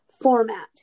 format